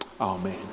amen